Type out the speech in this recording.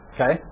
Okay